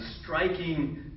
striking